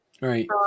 right